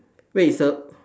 wait it's a